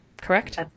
correct